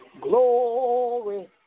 Glory